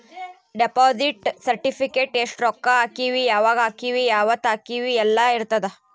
deposit certificate ಎಸ್ಟ ರೊಕ್ಕ ಹಾಕೀವಿ ಯಾವಾಗ ಹಾಕೀವಿ ಯಾವತ್ತ ಹಾಕೀವಿ ಯೆಲ್ಲ ಇರತದ